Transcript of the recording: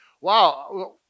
Wow